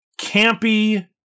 campy